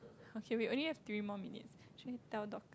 okay we only have three more minutes actually tell Dorcas